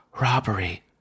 Robbery